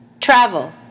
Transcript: Travel